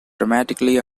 dramatically